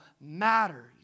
matters